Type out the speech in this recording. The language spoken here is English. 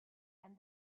and